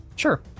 Sure